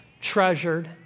treasured